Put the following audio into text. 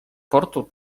portu